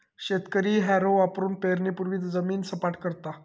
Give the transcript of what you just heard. शेतकरी हॅरो वापरुन पेरणीपूर्वी जमीन सपाट करता